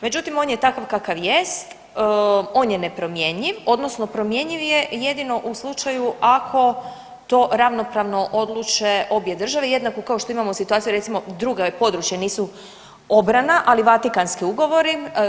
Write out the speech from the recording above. Međutim, on je takav kakav jest, on je nepromjenjiv, odnosno promjenjiv je jedino u slučaju ako to ravnopravno odluče obje države, jednako kao što imamo situaciju recimo, druga područja, nisu obrana ali Vatikanski ugovori.